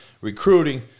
recruiting